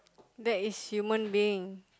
that is human being